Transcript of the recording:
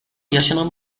yaşanan